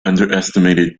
underestimated